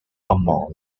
among